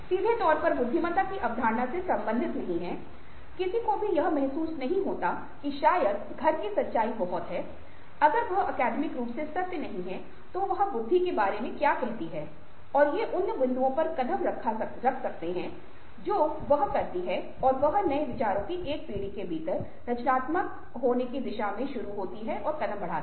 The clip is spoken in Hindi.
सीधे तौर पर बुद्धिमत्ता की अवधारणा से संबंधित नेही हैं किसी को भी यह महसूस नहीं होता है कि शायद घर की सच्चाई बहुत है अगर वह अकादमिक रूप से सत्य नहीं है कि वह बुद्धि के बारे में क्या कहती है और ये उन बिंदुओं पर कदम रख सकते हैं जो वह करता है कि वह नए विचारों की एक पीढ़ी के भीतर रचनात्मक होने की दिशा में शुरू करें और कदम बढ़ा सकते है